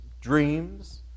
dreams